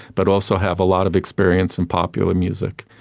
but also have a lot of experience in popular music.